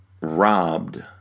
robbed